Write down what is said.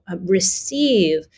receive